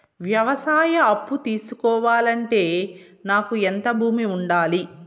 వ్యవసాయ అప్పు తీసుకోవాలంటే నాకు ఎంత భూమి ఉండాలి?